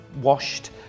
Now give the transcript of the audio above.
washed